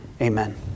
Amen